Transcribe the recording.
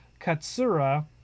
Katsura